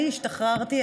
אני השתחררתי,